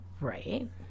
Right